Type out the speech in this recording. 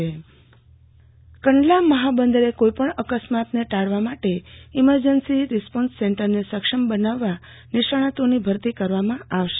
આરતી ભક્ટ કંડલા બંદર કંડલા મહાબંદરે કોઈપણ અકસ્માતને ટાળવા માટે ઈમરજન્સી રિસ્પોન્સ સેન્ટરને સક્ષમ બનાવવા નિષ્ણાતોની ભરતી કરવામાં આવશે